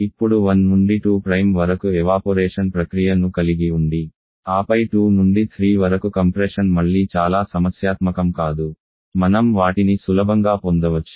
ఇప్పుడు 1 నుండి 2 వరకు ఎవాపొరేషన్ ప్రక్రియ ను కలిగి ఉండి ఆపై 2 నుండి 3 వరకు కంప్రెషన్ మళ్లీ చాలా సమస్యాత్మకం కాదు మనం వాటిని సులభంగా పొందవచ్చు